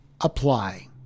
apply